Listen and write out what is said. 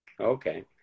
Okay